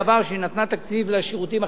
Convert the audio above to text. שהיא נתנה תקציב לשירותים החברתיים,